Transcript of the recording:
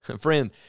Friend